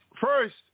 first